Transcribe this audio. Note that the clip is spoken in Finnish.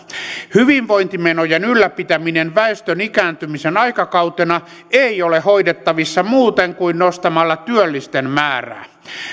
hyvinvointimenojen ylläpitäminen väestön ikääntymisen aikakautena ei ole hoidettavissa muuten kuin nostamalla työllisten määrää